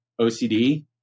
OCD